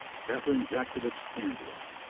kathleen jatkiewicz-chandler.